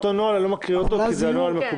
אני לא מקריא אותו כי הוא מקובל.